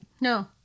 No